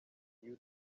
new